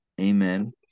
amen